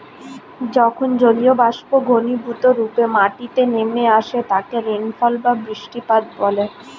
যখন জলীয়বাষ্প ঘনীভূতরূপে মাটিতে নেমে আসে তাকে রেনফল বা বৃষ্টিপাত বলে